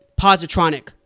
positronic